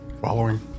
Following